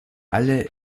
alle